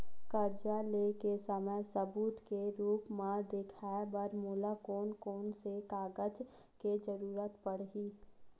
कर्जा ले के समय सबूत के रूप मा देखाय बर मोला कोन कोन से कागज के जरुरत पड़ही?